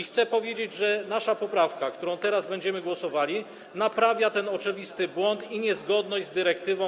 Chcę powiedzieć, że nasza poprawka, nad którą teraz będziemy głosowali, naprawia ten oczywisty błąd i niezgodność z dyrektywą.